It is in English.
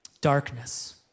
darkness